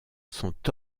sont